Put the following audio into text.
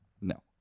No